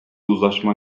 uzlaşma